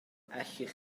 allwch